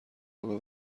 رابه